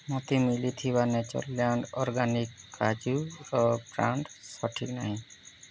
ମୋତେ ମିଳିଥିବା Natureland Organics କାଜୁର ବ୍ରାଣ୍ଡ୍ ସଠିକ୍ ନାହିଁ